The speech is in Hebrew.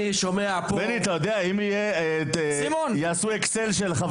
אני לא מבין בכלל למה מערבבים בין נושא החינוך לרפורמה המשפטית.